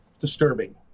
disturbing